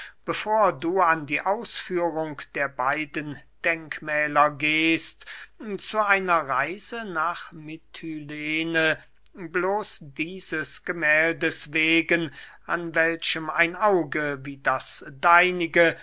bevor du an die ausführung der beiden denkmähler gehst zu einer reise nach mitylene bloß dieses gemähldes wegen an welchem ein auge wie das deinige